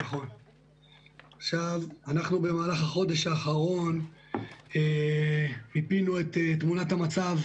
אנחנו במהלך החודש האחרון מיפינו את תמונת המצב